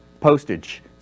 postage